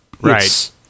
Right